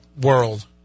world